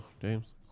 James